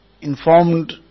informed